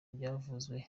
byavuzwe